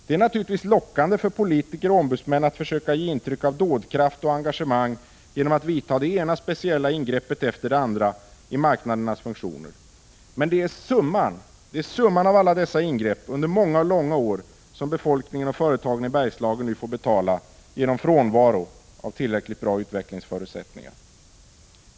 Det är naturligtvis lockande för politiker och ombudsmän att försöka ge intryck av dådkraft och engagemang genom att vidta det ena speciella ingreppet efter det andra i marknadernas funktioner. Men det är summan av alla dessa ingrepp under många och långa år som befolkningen och företagen i Bergslagen nu får betala genom frånvaro av tillräckligt bra utvecklingsförutsättningar.